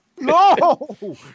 No